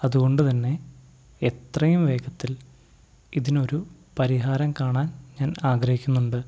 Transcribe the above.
അതുകൊണ്ടുതന്നെ എത്രയും വേഗത്തിൽ ഇതിനൊരു പരിഹാരം കാണാൻ ഞാൻ ആഗ്രഹിക്കുന്നുണ്ട്